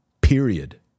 Period